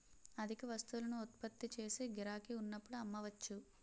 అధిక వస్తువులను ఉత్పత్తి చేసి గిరాకీ ఉన్నప్పుడు అమ్మవచ్చు